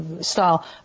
style